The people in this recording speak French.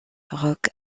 rock